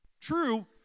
True